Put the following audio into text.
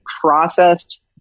processed